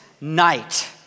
night